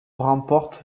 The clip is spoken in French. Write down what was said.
remporte